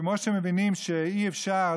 כמו שמבינים שאי-אפשר,